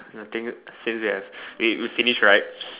I think since we have eh we finish right